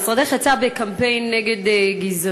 בחודשים האחרונים משרדך יצא בקמפיין נגד גזענות,